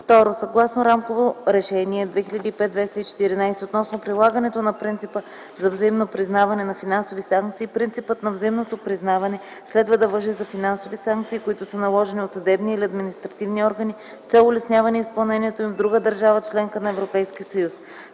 ІІ. Съгласно Рамково решение 2005/214/ПВР относно прилагане на принципа за взаимно признаване на финансови санкции, принципът на взаимното признаване следва да важи за финансови санкции, които са наложени от съдебни или административни органи с цел улесняване изпълнението им в друга държава – членка на Европейския съюз.